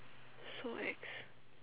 so X